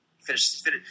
Finished